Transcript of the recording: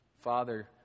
father